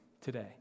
today